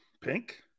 Pink